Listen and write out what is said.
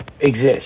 exist